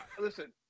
listen